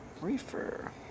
reefer